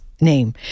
name